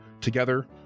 Together